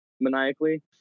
maniacally